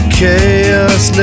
chaos